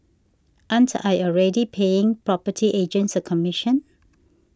aren't I already paying property agents a commission